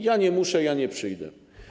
Ja nie muszę, ja nie przyjdę.